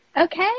Okay